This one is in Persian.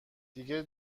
دیگه